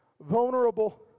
vulnerable